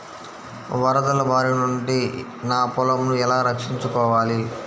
వరదల భారి నుండి నా పొలంను ఎలా రక్షించుకోవాలి?